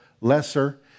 lesser